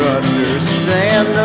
understand